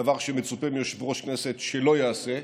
דבר שמצופה מיושב-ראש כנסת שלא יעשה,